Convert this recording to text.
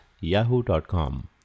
yahoo.com